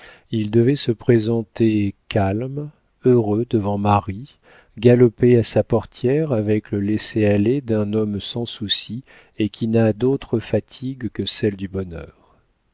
il devait se présenter calme heureux devant marie galoper à sa portière avec le laisser-aller d'un homme sans soucis et qui n'a d'autres fatigues que celles du bonheur